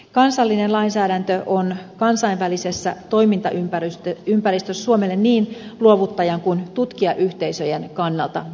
kansallinen lainsäädäntö on kansainvälisessä toimintaympäristössä suomelle niin luovuttajan kuin tutkijayhteisöjen kannalta etu